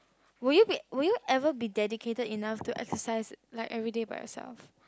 would you be would you ever be dedicated enough to exercise like every day by yourself